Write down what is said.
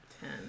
ten